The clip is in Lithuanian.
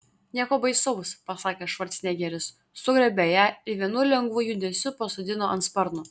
nieko baisaus pasakė švarcnegeris sugriebė ją ir vienu lengvu judesiu pasodino ant sparno